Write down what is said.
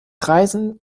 reisen